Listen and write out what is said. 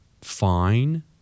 fine